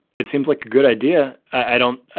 it seems like a good idea. i don't.